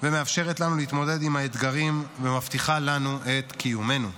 ומאפשרת לנו להתמודד עם אתגרים ומבטיחה לנו את קיומנו.